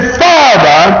father